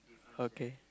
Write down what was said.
okay